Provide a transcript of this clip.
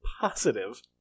positive